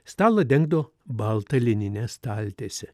stalą dengdavo balta linine staltiese